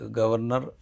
governor